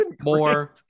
more